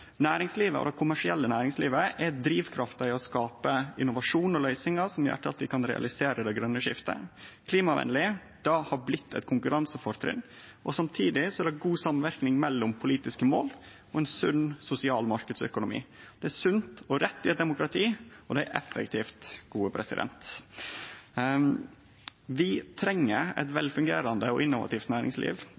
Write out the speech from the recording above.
Næringslivet og det kommersielle næringslivet er drivkrafta i å skape innovasjon og løysingar som gjer at vi kan realisere det grøne skiftet. «Klimavenleg» har vorte eit konkurransefortrinn, og samtidig er det god samverknad mellom politiske mål og ein sunn sosial marknadsøkonomi. Det er sunt og rett i eit demokrati, og det er effektivt. Vi treng eit velfungerande og innovativt næringsliv.